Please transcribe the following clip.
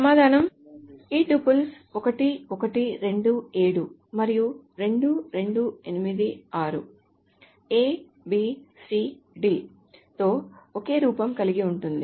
సమాధానం ఈ రెండు టుపుల్స్ 1 1 2 7 మరియు 2 2 8 6 A B C D తో ఒకే రూపం కలిగి ఉంటుంది